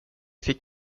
fick